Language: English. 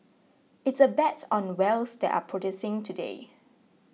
it's a bet on wells that are producing today